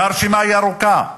והרשימה היא ארוכה.